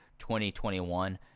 2021